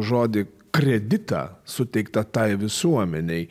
žodį kreditą suteiktą tai visuomenei